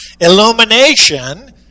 Illumination